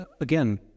again